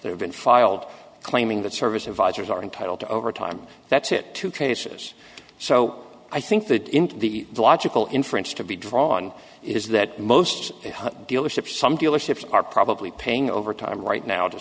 that have been filed claiming that service advisors are entitled to overtime that's it two cases so i think that the logical inference to be drawn is that most dealerships some dealerships are probably paying overtime right now to